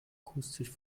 akustisch